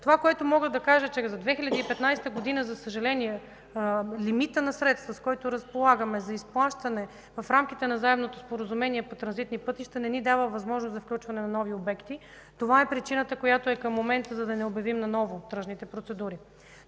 Това, което мога да кажа, е, че за 2015 г., за съжаление, лимита на средства, с който разполагаме за изплащане в рамките на взаимното споразумение по „Транзитни пътища”, не ни дава възможност за включване на нови обекти. Това е причината, която е към момента, за да не обявим наново тръжните процедури.